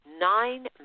Nine